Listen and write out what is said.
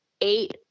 eight